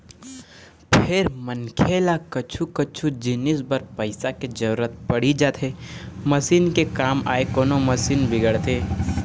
फेर मनखे ल कछु कछु जिनिस बर पइसा के जरुरत पड़ी जाथे मसीन के काम आय कोनो मशीन बिगड़गे